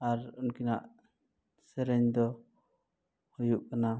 ᱟᱨ ᱩᱱᱠᱤᱱᱟᱜ ᱥᱮᱨᱮᱧ ᱫᱚ ᱦᱩᱭᱩᱜ ᱠᱟᱱᱟ